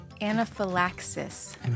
anaphylaxis